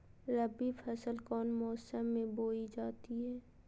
रबी फसल कौन मौसम में बोई जाती है?